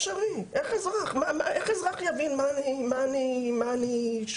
הם שואלים, איך אזרח יבין מה אני שואל?